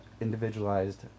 individualized